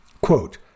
Quote